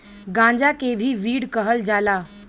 गांजा के भी वीड कहल जाला